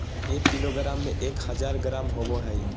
एक किलोग्राम में एक हजार ग्राम होबो हइ